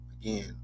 again